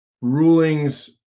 rulings